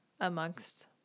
amongst